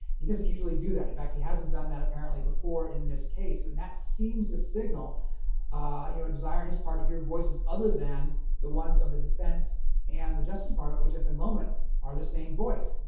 he doesn't usually do that. in fact, he hasn't done that apparently before in this case, but that seems to signal a you know desire in his part to hear voices other than the ones of the defense and the justice department, which at the moment are the same voice,